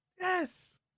Yes